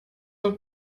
auf